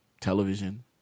television